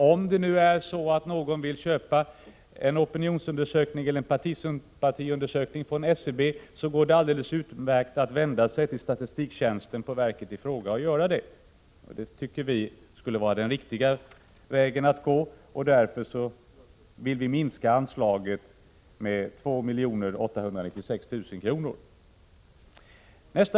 Om någon vill köpa en opinionsundersökning eller en partisympatiundersökning från SCB går det alldeles utmärkt att vända sig till statistiktjänsten på verket och göra det. Vi moderater tycker att det är den riktiga vägen att gå, och därför vill vi minska anslaget med 2 896 000 kr.